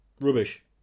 rubbish